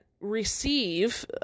receive